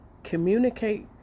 communicate